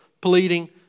pleading